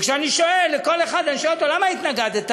כשאני שואל כל אחד, אני שואל: למה התנגדת?